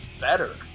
better